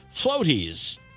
floaties